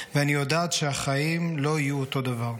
ואני יודעת שהחיים לא יהיו אותו הדבר.